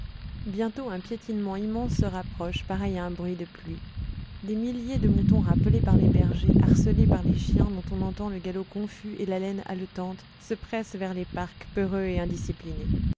bientôt un piétinement immense se rapproche pareil à un bruit de pluie des milliers de moutons rappelés par les bergers harcelés par les chiens dont on entend le galop confus et l'haleine haletante se pressent vers les parcs peureux et indisciplinés